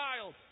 child